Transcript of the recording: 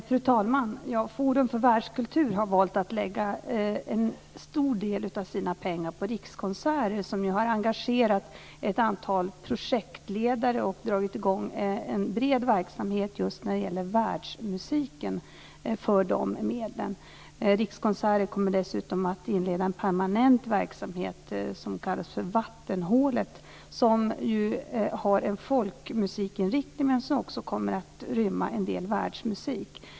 Fru talman! Forum för världskultur har valt att lägga en stor del av sina pengar på Rikskonserter som har engagerat ett antal projektledare och dragit i gång en bred verksamhet när det gäller världsmusiken för de medlen. Rikskonserter kommer dessutom att inleda en permanent verksamhet som kallas för Vattenhålet som ska ha en folkmusikinriktning, men den kommer också att rymma en del världsmusik.